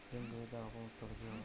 ঋণ গ্রহীতার অপ মৃত্যু হলে কি হবে?